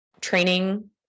training